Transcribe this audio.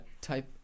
type